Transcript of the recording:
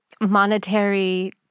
monetary